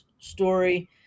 Story